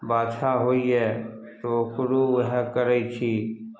बाछा होइए तऽ ओकरो वएहे करय छी